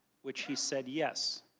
which he said yes.